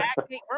acting